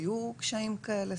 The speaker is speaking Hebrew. היו קשיים כאלה?